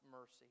mercy